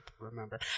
remember